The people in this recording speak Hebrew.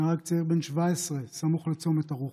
נהרג צעיר בן 17 סמוך לצומת הרוחות.